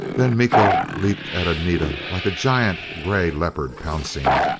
then miko leaped at anita like a giant gray leopard pouncing.